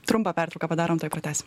trumpą pertrauką padarom tuoj pratęsim